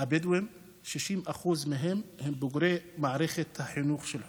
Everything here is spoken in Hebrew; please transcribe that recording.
הם בוגרי מערכת החינוך של חורה.